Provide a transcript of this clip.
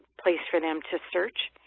place for them to search.